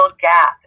gap